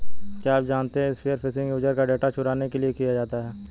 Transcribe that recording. क्या आप जानते है स्पीयर फिशिंग यूजर का डेटा चुराने के लिए किया जाता है?